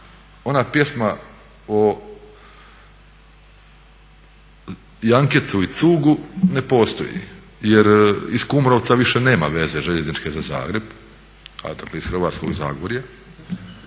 ona pjesma o Jankecu i cugu ne postoji, jer iz Kumrovca više nema veze željezničke za Zagreb, dakle iz Hrvatskog zagorja.